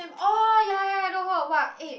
oh ya ya ya I do hope !wah! eh